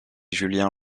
julien